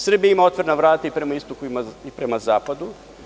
Srbija ima otvorena vrata i prema istoku i prema zapadu.